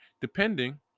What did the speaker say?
Depending